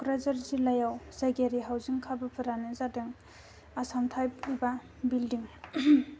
क'कराझार जिल्लायाव जायगायारि हाउजिं खाबुफोरानो जादों आसाम टाइप एबा बिलडिं